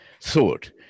thought